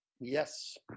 Yes